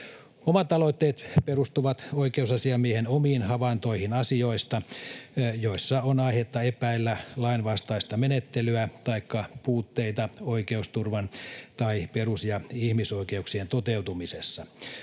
Omat aloitteet perustuvat oikeusasiamiehen omiin havaintoihin asioista, joissa on aihetta epäillä lainvastaista menettelyä taikka puutteita oikeusturvan tai perus- ja ihmisoikeuksien toteutumisessa.